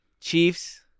Chiefs